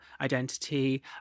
identity